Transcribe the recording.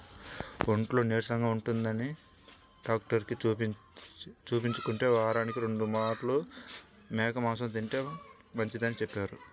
ఒంట్లో నీరసంగా ఉంటందని డాక్టరుకి చూపించుకుంటే, వారానికి రెండు మార్లు మేక మాంసం తింటే మంచిదని చెప్పారు